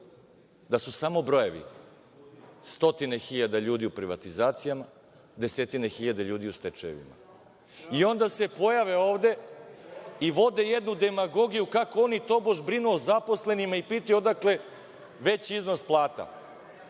da su samo brojevi. Stotine hiljada ljudi u privatizacijama, desetine hiljada ljudi u stečajevima. I onda se pojave ovde i vode jednu demagogiju kako oni, tobož, brinu o zaposlenima i pitaju odakle veći iznos plata. Pa,